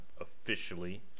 officially